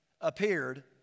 appeared